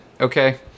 okay